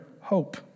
hope